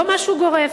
לא משהו גורף,